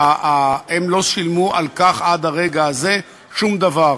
והם לא שילמו על כך עד הרגע הזה שום דבר.